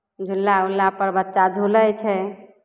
झुल्ला ऊल्लापर बच्चा झुलै छै